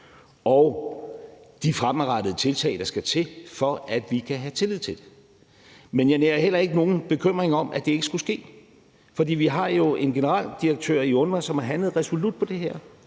og de fremadrettede tiltag, der skal til, for at vi kan have tillid til det. Jeg nærer heller ikke nogen bekymring om, at det ikke skulle ske, for vi har jo en generaldirektør i UNRWA, som har handlet resolut på det her,